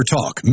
Talk